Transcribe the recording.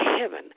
heaven